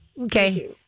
Okay